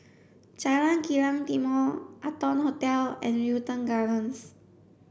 Jalan Kilang Timor Arton Hotel and Wilton Gardens